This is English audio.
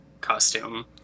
costume